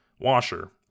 washer